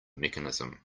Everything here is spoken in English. mechanism